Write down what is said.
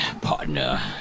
partner